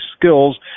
skills